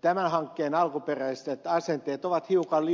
tämän hankkeen alkuperäiset asenteet ovat hiukan